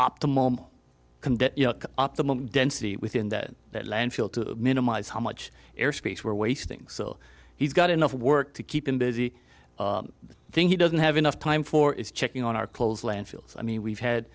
get optimum density within that landfill to minimize how much air space we're wasting so he's got enough work to keep him busy thing he doesn't have enough time for is checking on our clothes landfills i mean we've had